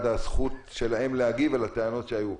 של הזכות שלהם להגיב על הטענות שהיו.